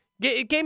Game